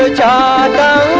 ah da